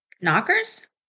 Knockers